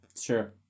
Sure